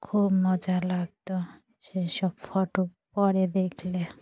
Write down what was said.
খুব মজা লাগত সেই সব ফটো পরে দেখলে